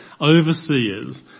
overseers